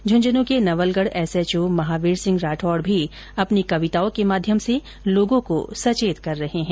झुंझुनू के नवलगढ एसएचओ महावीर सिंह राठौड़ भी अपनी कविताओं के माध्यम से लोगों को सचेत कर रहे हैं